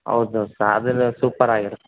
ಹೌದ್ ದೋಸ್ತ ಅದೆಲ್ಲ ಸೂಪ್ಪರ್ ಆಗಿರತ್ತೆ